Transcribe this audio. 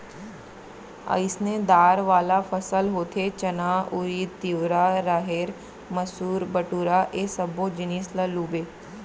अइसने दार वाला फसल होथे चना, उरिद, तिंवरा, राहेर, मसूर, बटूरा ए सब्बो जिनिस ल लूबे